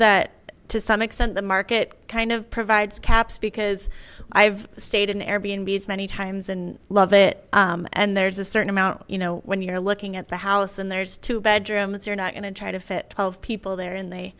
that to some extent the market kind of provides caps because i've stayed in airbnb as many times and loved it and there's a certain amount you know when you're looking at the house and there's two bedrooms you're not going to try to fit twelve people there and they